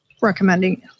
recommending